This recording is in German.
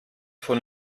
von